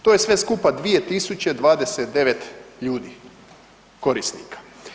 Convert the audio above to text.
To je sve skupa 2029. ljudi, korisnika.